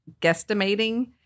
guesstimating